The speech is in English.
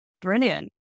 Brilliant